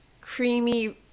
creamy